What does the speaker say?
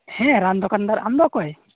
ᱦᱮᱸ ᱨᱟᱱ ᱫᱚᱠᱟᱱ ᱫᱟᱨ ᱟᱢᱫᱚ ᱚᱠᱚᱭ